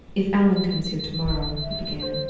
if allan comes here to-morrow he began,